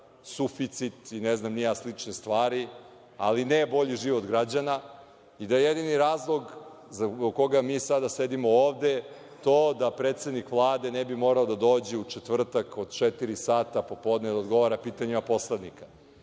suficit i ne znam ni ja, slične stvari, ali ne bolji život građana, i da jedini razlog zbog koga mi sada sedimo ovde, to da predsednik Vlade ne bi morao da dođe u četvrtak od četiri sata po podne, da odgovara na pitanja poslanika. Ja